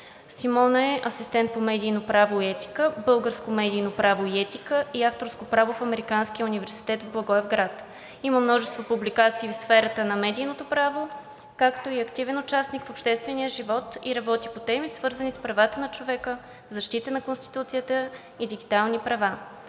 Симона е асистент по медийно право и етика, българско медийно право и етика и авторско право в Американския университет в Благоевград. Има множество публикации в сферата на медийното право, както и активен участник в обществения живот и работи по теми, свързани с правата на човека, защита на Конституцията и дигиталните права.